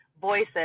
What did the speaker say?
voices